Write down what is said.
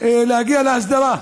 להגיע להסדרה.